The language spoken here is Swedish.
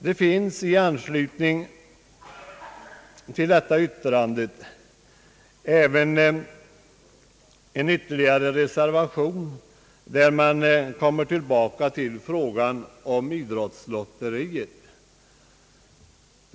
Det finns i anslutning till detta yttrande en ytterligare reservation där man kommer tillbaka till frågan om idrottslotteriet.